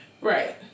Right